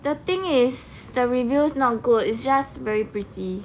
the thing is the reviews not good is just very pretty